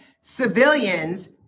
civilians